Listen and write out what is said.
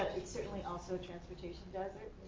certainly also a transportation desert.